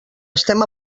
estem